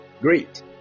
Great